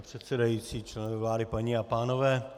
Pane předsedající, členové vlády, paní a pánové.